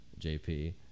JP